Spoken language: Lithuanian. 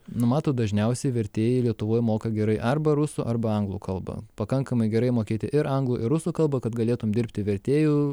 nu matot dažniausiai vertėjai lietuvoj moka gerai arba rusų arba anglų kalba pakankamai gerai mokėti ir anglų ir rusų kalbą kad galėtum dirbti vertėju